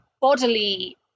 bodily